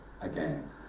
again